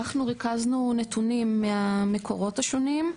אנחנו ריכזנו נתונים מהמקורות השונים,